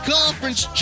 Conference